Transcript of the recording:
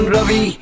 Ravi